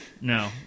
no